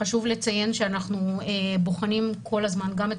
חשוב לציין שאנחנו בוחנים כל הזמן גם את